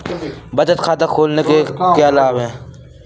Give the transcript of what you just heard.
बचत खाता खोलने के क्या लाभ हैं?